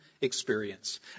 experience